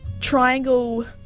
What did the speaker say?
Triangle